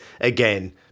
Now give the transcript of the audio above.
again